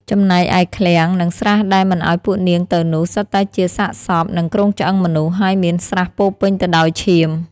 ចំណែកឯឃ្លាំង និងស្រះដែលមិនឲ្យពួកនាងទៅនោះ សុទ្ធតែជាសាកសព និងគ្រោងឆ្អឹងមនុស្ស ហើយមានស្រះពោរពេញទៅដោយឈាម។